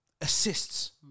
assists